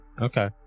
Okay